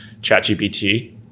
ChatGPT